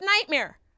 nightmare